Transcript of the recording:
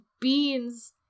beans